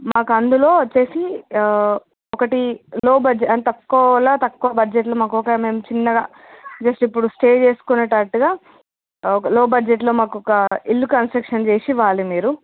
మాకు అందులో వచ్చేసి ఒకటి లో బడ్జెట్ అంటే తక్కువలో తక్కువ బడ్జెటులో మాకొక మంచి చిన్నగా జస్ట్ ఇప్పుడు స్టే చేసుకునేటట్టుగా లో బడ్జెట్లో మాకొక ఇల్లు కన్స్ట్రక్షన్ చేసి ఇవ్వాలి మీరు